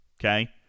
Okay